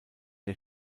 der